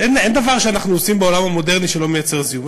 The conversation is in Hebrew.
אין דבר שאנחנו עושים בעולם המודרני שלא מייצר זיהום,